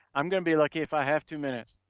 i'm gonna be lucky if i have two minutes,